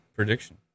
prediction